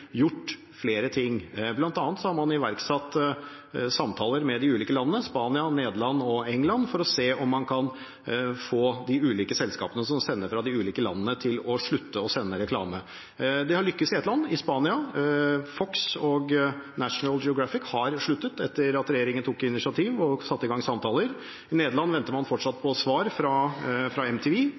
gjort flere ting. Blant annet har man igangsatt samtaler med de ulike landene – Spania, Nederland og England – for å se om man kan få de ulike selskapene som sender fra de ulike landene, til å slutte å sende reklame. Det har lykkes i ett land – i Spania. Fox og National Geographic har sluttet etter at regjeringen tok initiativ og satte i gang samtaler. I Nederland venter man fortsatt på svar fra